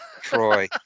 Troy